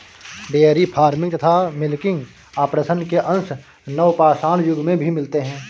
dairy farming तथा milking operation के अंश नवपाषाण युग में भी मिलते हैं